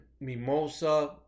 Mimosa